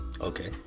Okay